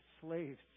slaves